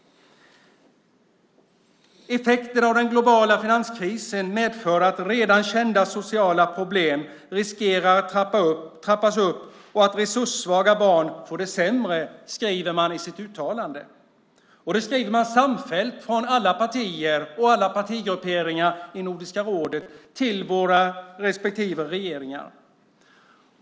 Effekten av den globala finanskrisen medför att redan kända sociala problem riskerar att trappas upp och att resurssvaga barn får det sämre, skriver man i sitt uttalande. Det skriver man samfällt från alla partier och alla partigrupperingar i Nordiska rådet till våra respektive regeringar.